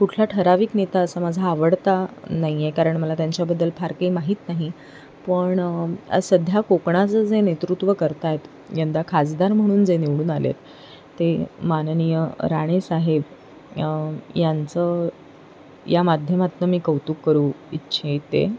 कुठला ठराविक नेता असं माझा आवडता नाही आहे कारण मला त्यांच्याबद्दल फार काही माहीत नाही पण सध्या कोकणाचं जे नेतृत्व करत आहेत यंदा खासदार म्हणून जे निवडून आले आहेत ते माननीय राणे साहेब यांचं या माध्यमातून मी कौतुक करू इच्छिते